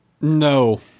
No